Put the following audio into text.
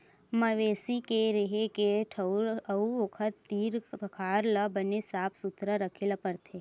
मवेशी के रेहे के ठउर अउ ओखर तीर तखार ल बने साफ सुथरा राखे ल परथे